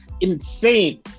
insane